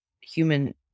human